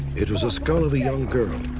it was a skull of a young girl.